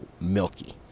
milky